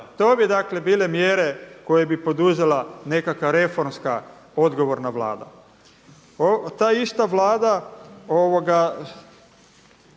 To bi dakle bile mjere koje bi poduzela nekakva reformska odgovorna Vlada. Ta ista Vlada potaknula